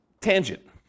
tangent